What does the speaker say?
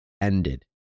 ended